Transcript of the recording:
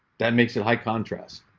that makes it high contrast.